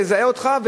תזהה אותך.